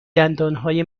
دندانهای